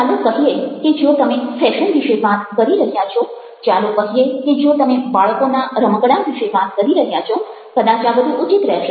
ચાલો કહીએ કે જો તમે ફેશન વિશે વાત કરી રહ્યા છો ચાલો કહીએ કે જો તમે બાળકોના રમકડાં વિશે વાત કરી રહ્યા છો કદાચ આ વધુ ઉચિત રહેશે